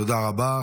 תודה רבה.